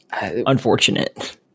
Unfortunate